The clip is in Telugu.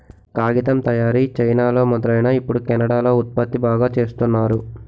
కాగితం తయారీ చైనాలో మొదలైనా ఇప్పుడు కెనడా లో ఉత్పత్తి బాగా చేస్తున్నారు